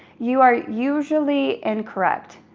you are usually incorrect.